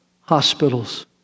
hospitals